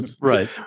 Right